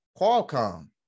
Qualcomm